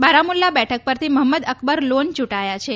બારામુલ્લા બેઠક પરથી મહંમદ અકબર લોન ચૂંટાયા છે